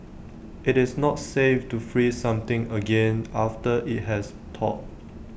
IT is not safe to freeze something again after IT has thawed